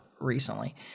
recently